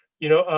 you know,